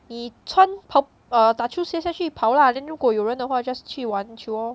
你穿跑 err 打球鞋下去跑 lah then 如果有人的话 just 去玩球 lor